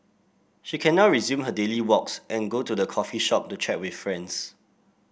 she can now resume her daily walks and go to the coffee shop to chat with friends